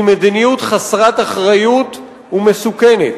היא מדיניות חסרת אחריות ומסוכנת.